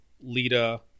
Lita